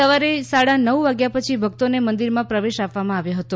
સવારે સાડા નવ વાગ્યા પછી ભક્તોને મંદિરમાં પ્રવેશ આપવામાં આવ્યો હતો